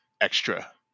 extra